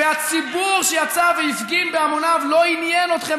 והציבור שיצא והפגין בהמוניו לא עניין אתכם,